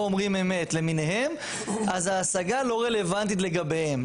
אומרים אמת למיניהם אז ההשגה לא רלוונטית לגביהם.